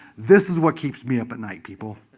this is what keeps me up at night, people.